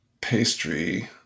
pastry